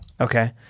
Okay